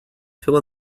fill